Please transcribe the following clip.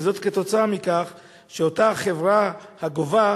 וזאת כתוצאה מכך שאותה חברה הגובה,